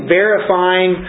verifying